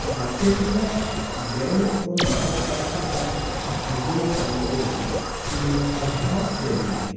गाते समय बैंड और संगतकार के साथ सहयोग करने के लिय नि अभ्यास जरुरी है